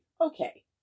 Okay